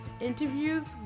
interviews